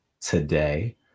today